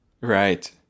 Right